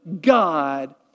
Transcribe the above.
God